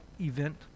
event